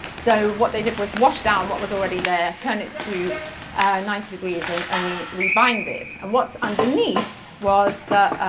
so what they did was wash down what was already there, turn it through ninety degrees and ah rebind it. and what's underneath was the